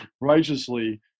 righteously